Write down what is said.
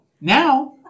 Now